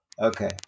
Okay